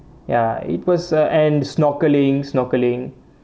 ya it was uh and snorkelling snorkelling